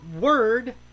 word